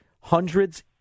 hundreds